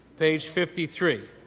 page fifty three,